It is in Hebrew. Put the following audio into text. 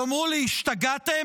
תאמרו לי, השתגעתם?